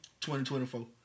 2024